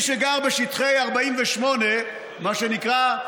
למי שגר בשטחי 48', מה שנקרא,